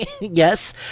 Yes